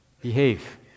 behave